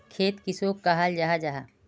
खेत किसोक कहाल जाहा जाहा?